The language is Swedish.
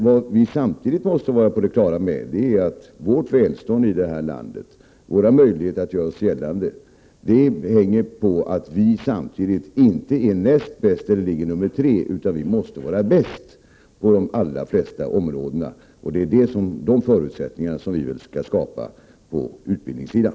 Vad vi samtidigt måste vara på det klara med är att vårt välstånd och våra möjligheter att göra oss gällande inte hänger på om vi är näst bäst eller ligger nummer tre, utan vi måste vara bäst på de flesta områden. Det är sådana förutsättningar som vi skall skapa på utbildningssidan.